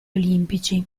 olimpici